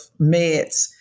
meds